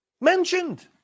mentioned